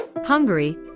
Hungary